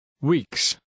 Weeks